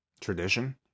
tradition